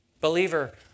Believer